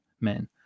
men